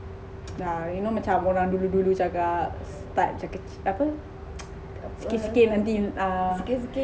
yeah you know macam orang dulu dulu cakap start jer kecik apa sikit sikit nanti err